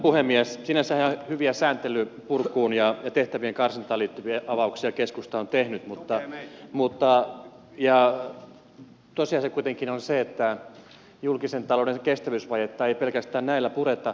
sinänsä ihan hyviä sääntelyn purkuun ja tehtävien karsintaan liittyviä avauksia keskusta on tehnyt mutta tosiasia kuitenkin on se että julkisen talouden kestävyysvajetta ei pelkästään näillä pureta